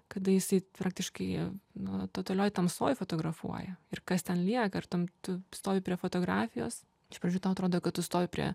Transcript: kada jisai praktiškai na totalioj tamsoj fotografuoja ir kas ten lieka ir ten tu stovi prie fotografijos iš pradžių tau atrodo kad tu stovi prie